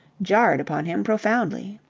jarred upon him profoundly.